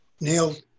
nailed